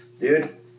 Dude